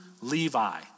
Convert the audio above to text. Levi